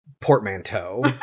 portmanteau